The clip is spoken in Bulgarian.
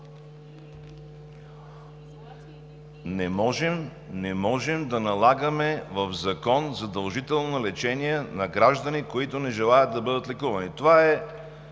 Не можем да налагаме в закон задължително лечение на граждани, които не желаят да бъдат лекувани. Няма